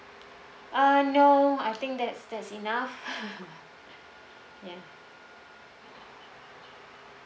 uh no I think that's that's enough ya